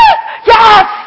Yes